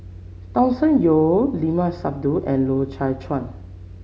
Thomas Yeo Limat Sabtu and Loy Chye Chuan